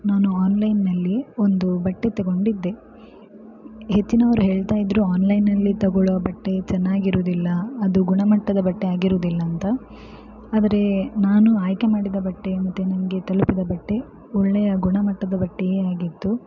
ನಾನು ಆನ್ಲೈನ್ನಲ್ಲಿ ಒಂದು ಬಟ್ಟೆ ತಗೊಂಡಿದ್ದೆ ಹೆಚ್ಚಿನವರು ಹೇಳ್ತಾ ಇದ್ದರು ಆನ್ಲೈನಲ್ಲಿ ತಗೊಳ್ಳೋ ಬಟ್ಟೆ ಚೆನ್ನಾಗಿರುವುದಿಲ್ಲ ಅದು ಗುಣಮಟ್ಟದ ಬಟ್ಟೆ ಆಗಿರುವುದಿಲ್ಲಂತ ಆದರೆ ನಾನು ಆಯ್ಕೆ ಮಾಡಿದ ಬಟ್ಟೆ ಮತ್ತು ನನಗೆ ತಲುಪಿದ ಬಟ್ಟೆ ಒಳ್ಳೆಯ ಗುಣಮಟ್ಟದ ಬಟ್ಟೆಯೇ ಆಗಿತ್ತು